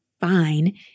fine